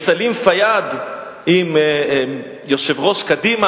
אור ליום שלישי לפני שבוע הגיעו שר האוצר ויושב-ראש ההסתדרות,